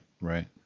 right